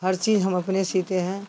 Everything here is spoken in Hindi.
हर चीज़ हम अपने सीते हैं